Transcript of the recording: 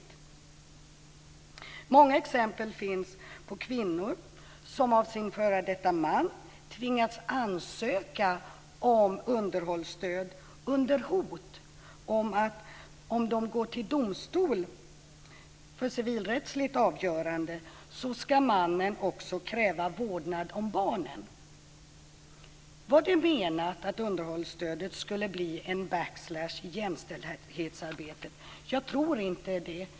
Det finns många exempel på att kvinnor av sina f.d. män tvingats ansöka om underhållsstöd under hot om att mannen, om de går till domstol för civilrättsligt avgörande, också ska kräva vårdnad om barnen. Var det menat att underhållsstödet skulle bli en backlash i jämställdhetsarbetet? Jag tror inte det.